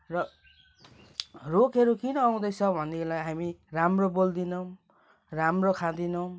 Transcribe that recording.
र रोगहरू किन आउँदैछ भनेदेखिलाई हामी राम्रो बोल्दैनौँ राम्रो खाँदैनौँ